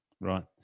Right